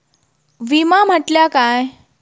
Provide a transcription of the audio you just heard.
विमा म्हटल्या काय?